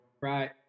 Right